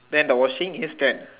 then the washing is ten